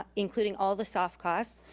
ah including all the soft costs.